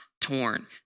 torn